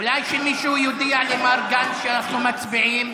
אולי שמישהו יודיע למר גנץ שאנחנו מצביעים?